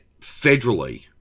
federally